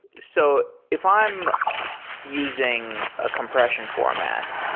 so if i'm using a compression format,